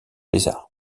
lézards